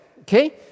okay